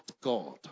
God